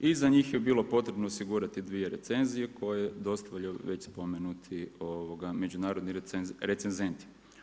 I za njih je bilo potrebno osigurati dvije recenzije koje dostavlja već spomenuti međunarodni recenzenti.